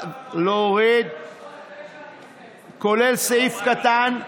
אנחנו עוברים להסתייגות מס' 21, לסעיף 3. הצבעה.